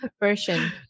version